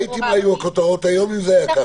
אתי מה היו הכותרות היום אם זה היה ככה?